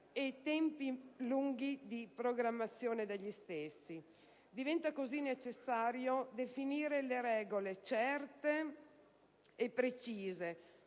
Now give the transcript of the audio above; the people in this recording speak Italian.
e tempi lunghi di programmazione. Diventa così necessario definire le regole, certe e precise,